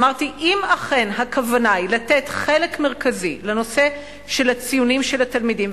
אמרתי: אם אכן הכוונה היא לתת חלק מרכזי לנושא של הציונים של התלמידים,